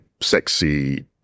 sexy